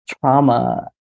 trauma